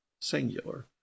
singular